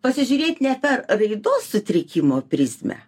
pasižiūrėt ne per raidos sutrikimo prizmę